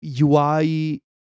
UI